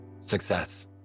Success